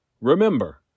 Remember